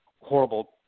horrible